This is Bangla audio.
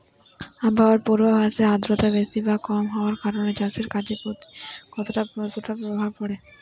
আবহাওয়ার পূর্বাভাসে আর্দ্রতা বেশি বা কম হওয়ার কারণে চাষের কাজে কতটা প্রভাব পড়ে?